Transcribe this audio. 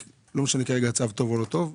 ולא משנה אם הצו טוב או לא טוב,